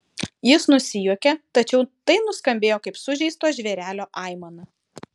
jis nusijuokė tačiau tai nuskambėjo kaip sužeisto žvėrelio aimana